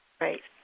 Right